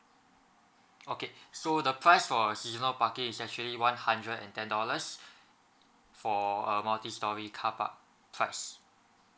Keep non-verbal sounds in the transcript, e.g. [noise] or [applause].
okay [breath] so the price for a seasonal parking is actually one hundred and ten dollars [breath] for a multistorey car park price